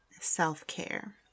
self-care